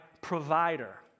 provider